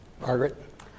Margaret